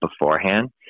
beforehand